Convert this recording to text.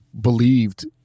believed